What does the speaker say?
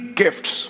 gifts